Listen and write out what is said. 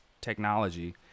technology